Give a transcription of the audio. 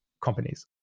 companies